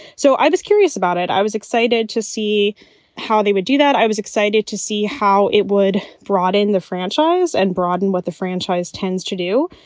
so i was curious about it. i was excited to see how they would do that. i was excited to see how it would broaden the franchise and broaden what the franchise tends to do.